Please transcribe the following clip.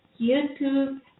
YouTube